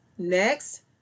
Next